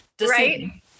right